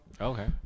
Okay